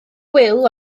wil